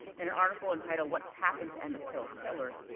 and an article entitled, what's happened to emmett till's killers,